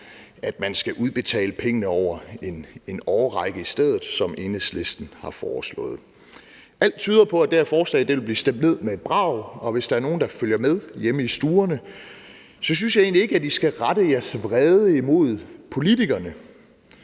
at man skal udbetale pengene over en årrække i stedet, som Enhedslisten har foreslået. Alt tyder på, at det her forslag vil blive stemt ned med et brag, og hvis der er nogen, der følger med hjemme i stuerne, vil jeg sige, at jeg egentlig ikke synes, at I skal rette jeres vrede mod politikerne.